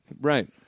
Right